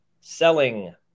Selling